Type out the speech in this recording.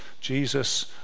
Jesus